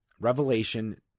Revelation